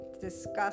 discuss